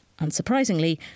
unsurprisingly